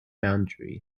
boundaries